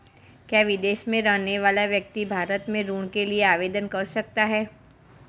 क्या विदेश में रहने वाला व्यक्ति भारत में ऋण के लिए आवेदन कर सकता है?